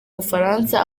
bufaransa